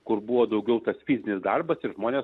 kur buvo daugiau tas fizinis darbas ir mane